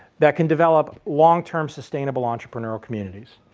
that can develop long-term sustainable entrepreneurial communities.